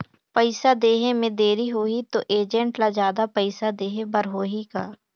पइसा देहे मे देरी होही तो एजेंट ला जादा पइसा देही बर होही का?